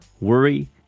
worry